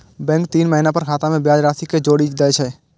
bank तीन महीना पर खाता मे ब्याज राशि कें जोड़ि दै छै